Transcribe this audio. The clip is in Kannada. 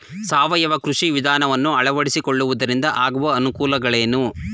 ಸಾವಯವ ಕೃಷಿ ವಿಧಾನವನ್ನು ಅಳವಡಿಸಿಕೊಳ್ಳುವುದರಿಂದ ಆಗುವ ಅನುಕೂಲಗಳೇನು?